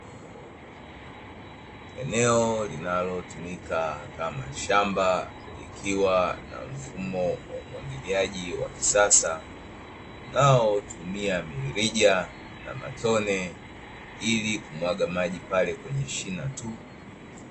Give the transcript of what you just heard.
Eneo linalotumika kama shamba, likiwa na mfumo wa umwagiliaji wa kisasa. Unaotumia mirija na matone, ili kumwaga maji pale kwenye shina tu.